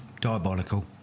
diabolical